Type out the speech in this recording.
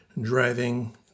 driving